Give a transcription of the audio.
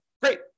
Great